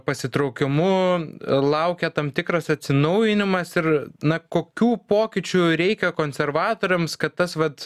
pasitraukimu laukia tam tikras atsinaujinimas ir na kokių pokyčių reikia konservatoriams kad tas vat